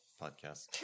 podcast